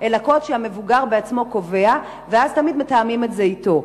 אלא קוד שהמבוגר בעצמו קובע ואז תמיד מתאמים את זה אתו.